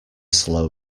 slow